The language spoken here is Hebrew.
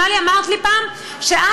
נדמה לי שאמרת לי פעם שאת,